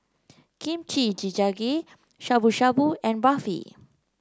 Kimchi Jjigae Shabu Shabu and Barfi